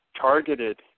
targeted